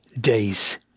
days